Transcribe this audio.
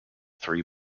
three